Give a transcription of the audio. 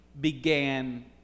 began